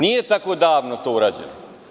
Nije tako davno to urađeno.